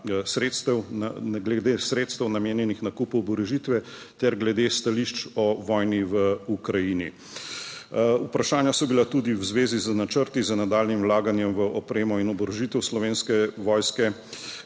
sredstev namenjenih nakupu oborožitve ter glede stališč o vojni v Ukrajini. Vprašanja so bila tudi v zvezi z načrti z nadaljnjim vlaganjem v opremo in oborožitev Slovenske vojske,